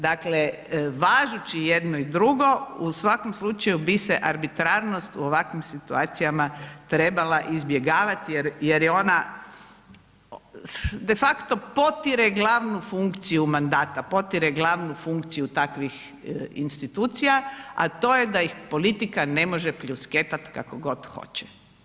Dakle, važući jedno i drugo, u svakom slučaju bi se arbitrarnost u ovakvim situacijama trebala izbjegavati jer je ona de facto potire glavnu funkciju mandata, potire glavnu funkciju takvih institucija a to je da ih politika ne može pljusketati kako god hoće.